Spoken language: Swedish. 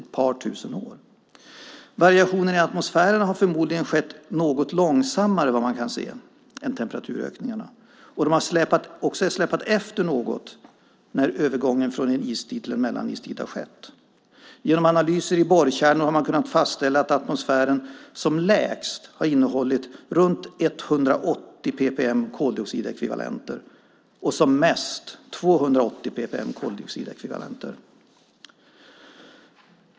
Variationerna i atmosfären har förmodligen skett något långsammare än temperaturökningarna. De har också släpat efter något när övergången från en istid till en mellanistid har skett. Genom analyser av borrkärnor har man kunnat fastställa att atmosfären som lägst har innehållit runt 180 ppmv koldioxidekvivalenter och som mest 280 ppmv koldioxidekvivalenter.